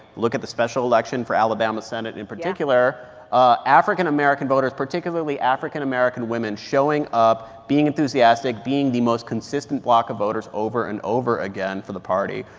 look at the special election for alabama's senate in particular yeah ah african american voters, particularly african american women, showing up, being enthusiastic, being the most consistent bloc of voters over and over again for the party.